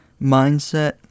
mindset